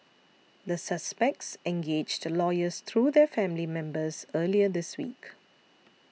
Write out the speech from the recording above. the suspects engaged lawyers through their family members earlier this week